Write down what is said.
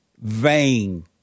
vain